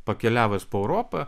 pakeliavęs po europą